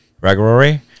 Regularly